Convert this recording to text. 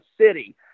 City